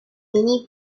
many